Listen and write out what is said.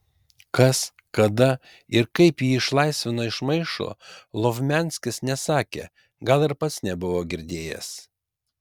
kas kada ir kaip jį išlaisvino iš maišo lovmianskis nesakė gal ir pats nebuvo girdėjęs